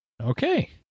Okay